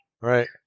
right